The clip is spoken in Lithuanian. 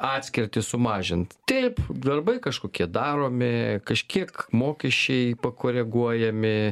atskirtį sumažint taip darbai kažkokie daromi kažkiek mokesčiai pakoreguojami